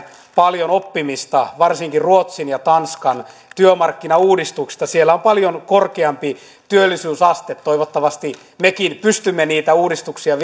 paljon oppimista varsinkin ruotsin ja tanskan työmarkkinauudistuksista siellä on paljon korkeampi työllisyysaste toivottavasti mekin pystymme niitä uudistuksia